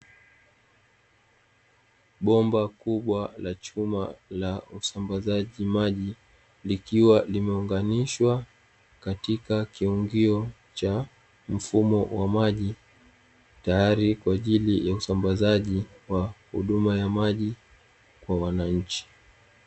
Bomba kubwa la chuma la usambazaji maji likiwa limeunganishwa katika kiungio cha mfumo wa maji, tayari kwa ajili ya usambazaji wa huduma ya maji kwa wananchi.